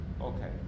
okay